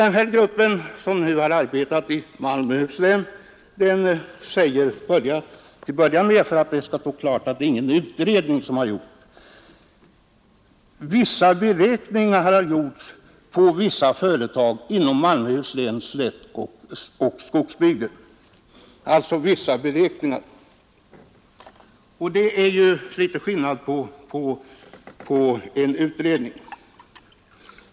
Den grupp, som har arbetat i Malmöhus län, säger att vissa beräkningar har gjorts beträffande olika företag inom Malmöhus läns slättbygd och skogsoch mellanbygd. Det är alltså vissa ”beräkningar” och inte någon utredning.